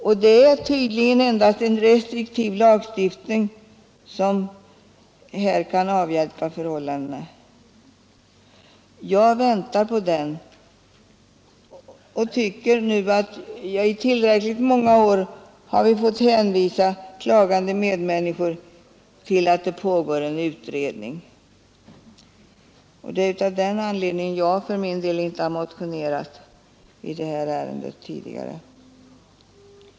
Och det är tydligen endast en restriktiv lagstiftning som här kan avhjälpa missförhållandena. Jag väntar på den lagstiftningen. Jag tycker att jag nu i tillräckligt många år har fått hänvisa klagande medmänniskor till att det pågår en utredning, och det är av den anledningen som jag för min del inte har motionerat i detta ärende tidigare.